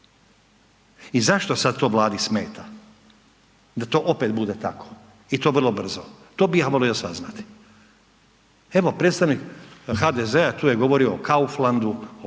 I zašto sad to Vladi smeta da to opet bude tako i to vrlo brzo, to bih ja volio saznati. Evo predstavnik HDZ-a, tu je govorio o Kauflandu,